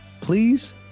Please